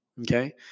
Okay